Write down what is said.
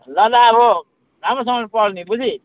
ल ल अब राम्रोसँगले पढ् नि बुझिस्